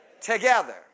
Together